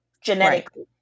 genetically